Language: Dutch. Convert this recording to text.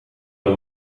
een